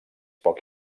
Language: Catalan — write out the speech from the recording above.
poc